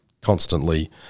constantly